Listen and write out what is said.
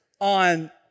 on